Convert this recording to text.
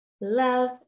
love